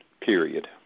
period